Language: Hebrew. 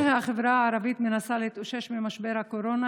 בעוד החברה הערבית מנסה להתאושש ממשבר הקורונה,